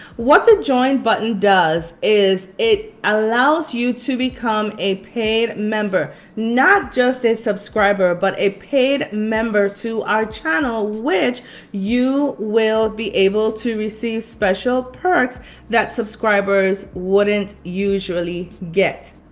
what the join button does is it allows you to become a paid member not just a subscriber but a paid member to our channel which you will be able to receive special perks that subscribers wouldn't usually get.